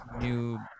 new